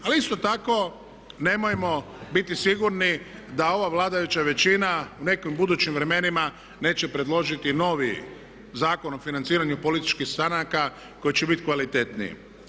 Ali isto tako, nemojmo biti sigurni da ova vladajuća većina u nekim budućim vremenima neće predložiti novi Zakon o financiranju političkih stranaka koji će biti kvalitetniji.